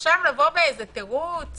עכשיו לבוא באיזה תירוץ